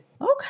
Okay